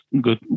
good